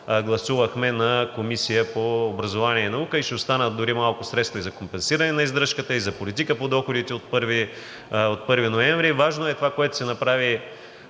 гласувахме на Комисията по образованието и науката, и ще останат дори малко средства и за компенсиране на издръжката, и за политика по доходите от 1 ноември. Важно е това, което се направи,